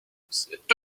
cette